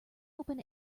open